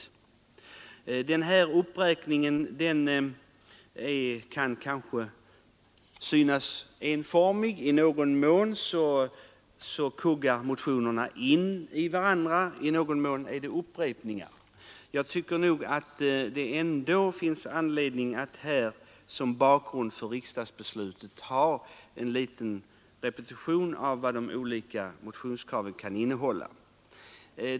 Den här uppräkningen kan synas enformig. I någon mån kuggar motionerna in i varandra och i någon mån är det fråga om upprepningar. Jag tycker nog ändå att det finns anledning att som bakgrund för riksdagsbeslutet repetera vad olika motionskrav går ut på.